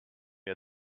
wir